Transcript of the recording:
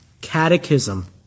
catechism